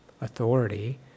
authority